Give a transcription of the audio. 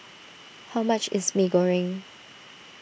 how much is Mee Goreng